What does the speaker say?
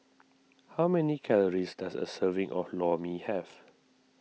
how many calories does a serving of Lor Mee have